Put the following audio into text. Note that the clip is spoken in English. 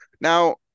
Now